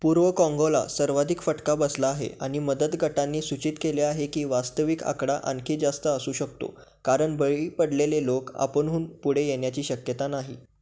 पूर्व काँगोला सर्वाधिक फटका बसला आहे आणि मदत गटांनी सूचित केले आहे की वास्तविक आकडा आणखी जास्त असू शकतो कारण बळी पडलेले लोक आपणहून पुढे येण्याची शक्यता नाही